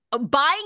buying